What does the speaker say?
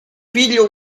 figlio